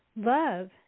Love